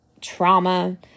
trauma